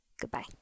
Goodbye